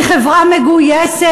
היא חברה מגויסת,